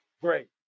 Great